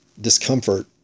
discomfort